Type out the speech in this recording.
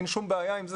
אין שום בעיה עם זה.